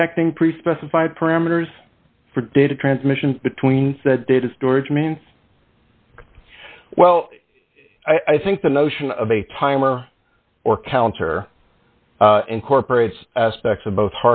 detecting pre specified parameters for data transmission between data storage means well i think the notion of a timer or counter incorporates aspects of both